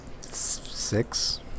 six